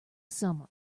summer